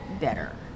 better